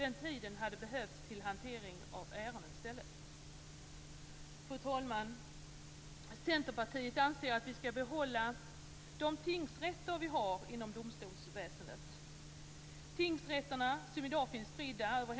Den tiden hade behövts till hantering av ärenden i stället. Fru talman! Tingsrätterna finns i dag spridda över hela Sverige. Centerpartiet anser att vi skall behålla de tingsrätter vi har inom domstolsväsendet.